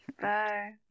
Bye